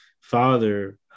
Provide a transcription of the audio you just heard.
father